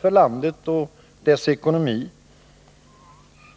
på landet och dess ekonomi tyvärr bli så, att de borgerliga vann valet 1976.